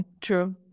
true